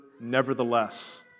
nevertheless